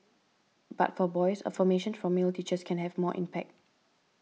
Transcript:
but for boys affirmation from male teachers can have more impact